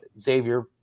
Xavier